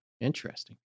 Interesting